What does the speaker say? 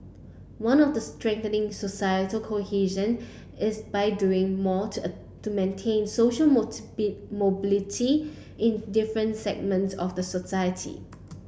one of the strengthening societal cohesion is by doing more to to maintain social mobility in different segments of the society